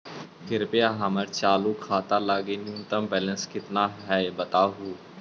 कृपया हमर चालू खाता लगी न्यूनतम बैलेंस कितना हई ऊ बतावहुं